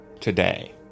today